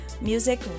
Music